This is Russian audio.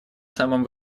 самом